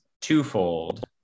twofold